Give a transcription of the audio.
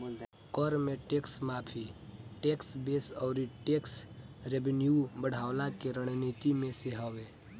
कर में टेक्स माफ़ी, टेक्स बेस अउरी टेक्स रेवन्यू बढ़वला के रणनीति में से हवे